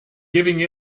giving